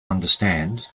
understand